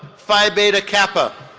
phi beta kappa.